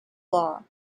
law